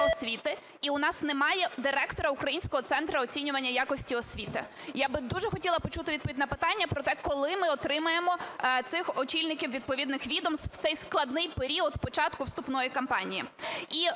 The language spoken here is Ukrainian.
освіти і у нас немає директора Українського центру оцінювання якості освіти. Я би дуже хотіли почути відповідь на питання про те, коли ми отримаємо цих очільників відповідних відомств в цей складний період початку вступної кампанії? І